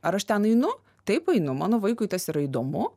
ar aš ten einu taip einu mano vaikui tas yra įdomu